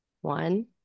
One